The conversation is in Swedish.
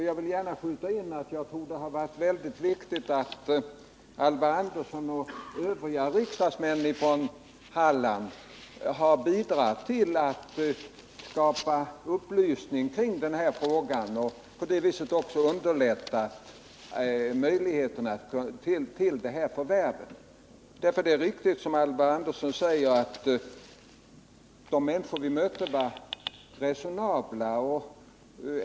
Jag vill här skjuta in att jag tror det har varit mycket viktigt att Alvar Andersson, liksom övriga riksdagsmän från Halland, har bidragit till att skapa upplysning kring frågan och därigenom underlättat möjligheterna att göra förvärvet. Det är riktigt som Alvar Andersson säger att de människor som vi mött har varit resonabla.